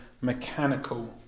mechanical